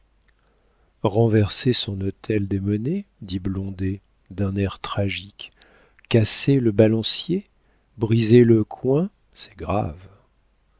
renverser son hôtel des monnaies dit blondet d'un air tragique casser le balancier briser le coin c'est grave